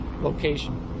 location